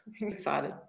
excited